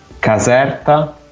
Caserta